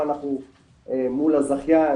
ואנחנו מול הזכיין